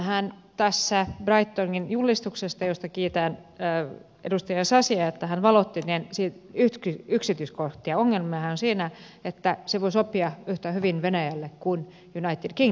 ongelmahan tässä brightonin julistuksessa kiitän edustaja sasia että hän valotti siitä yksityiskohtia on siinä että se voi sopia yhtä hyvin venäjälle kuin united kingdomille